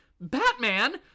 Batman